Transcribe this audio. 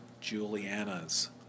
Juliana's